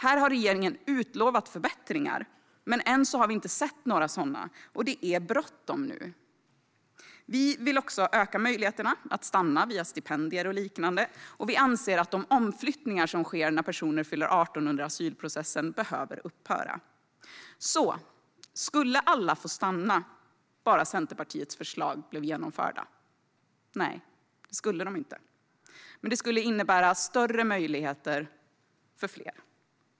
Här har regeringen utlovat förbättringar, men ännu har vi inte sett några sådana, och det är bråttom nu. Vi vill även öka möjligheterna att stanna via stipendier och liknande, och vi anser att de omflyttningar som sker när personer fyller 18 under asylprocessen behöver upphöra. Skulle då alla få stanna om bara Centerpartiets förslag blev genomförda? Nej, men det skulle innebära större möjligheter för fler.